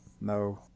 no